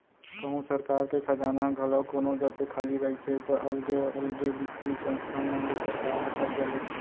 कहूँ सरकार के खजाना ह घलौ कोनो दफे खाली रहिथे ता अलगे अलगे बित्तीय संस्था मन ले सरकार ह करजा लेथे